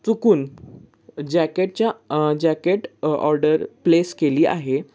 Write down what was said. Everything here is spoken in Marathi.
चुकून जॅकेटच्या जॅकेट ऑर्डर प्लेस केली आहे